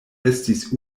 estis